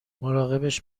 مراقبش